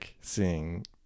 seeing